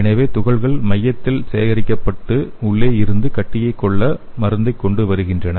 எனவே துகள்கள் மையத்தில் சேகரிக்கப்பட்டு உள்ளே இருந்து கட்டியைக் கொல்ல மருந்தை கொண்டு வருகின்றன